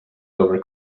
over